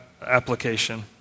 application